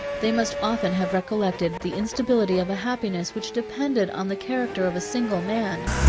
they must often have recollected the instability of a happiness which depended on the character of single man.